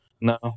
No